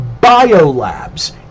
biolabs